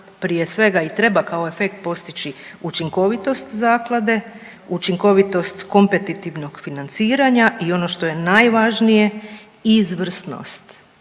prije svega i treba kao efekt postići učinkovitost zaklade, učinkovitost kompetitivnog financiranja i ono što je najvažnije izvrsnost.